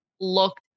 look